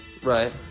Right